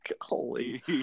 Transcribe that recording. Holy